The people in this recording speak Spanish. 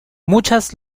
muchas